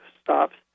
stops